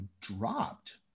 dropped